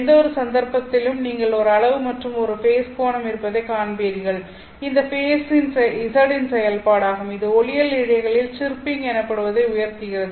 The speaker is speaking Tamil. எந்தவொரு சந்தர்ப்பத்திலும் நீங்கள் ஒரு அளவு மற்றும் ஒரு ஃபேஸ் கோணம் இருப்பதைக் காண்பீர்கள் இந்த ஃபேஸ் z இன் செயல்பாடாகும் இது ஒளியியல் இழைகளில் சிர்பிங் எனப்படுவதை உயர்த்துகிறது